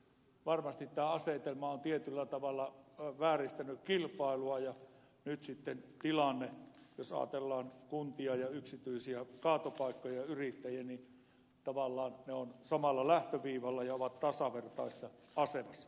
varmasti tämä asetelma on tietyllä tavalla vääristänyt kilpailua ja nyt sitten jos tässä tilanteessa ajatellaan kuntia ja yksityisiä kaatopaikkayrittäjiä niin tavallaan ne ovat samalla lähtöviivalla ja ovat tasavertaisessa asemassa